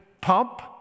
pump